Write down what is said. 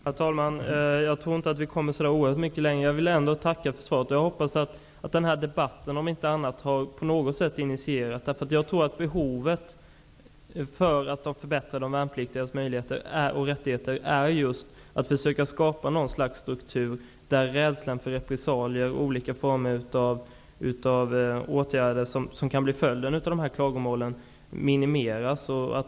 Herr talman! Jag tror inte att vi kommer så mycket längre i debatten, men jag vill ändå tacka för svaret. Jag hoppas att debatten på något sätt kommer att initiera ett intresse. Jag tror att sättet att förbättra de värnpliktigas möjligheter och rättigheter är just att skapa en struktur där rädslan för repressalier och olika former av åtgärder som kan bli följden av klagomål minimeras.